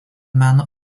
meno